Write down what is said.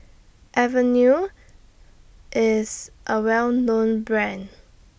Avene IS A Well known Brand